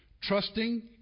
trusting